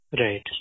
Right